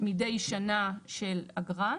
מידי שנה של אגרה.